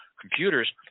computers